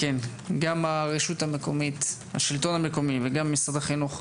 הרשות המקומית, השלטון המקומי ומשרד החינוך,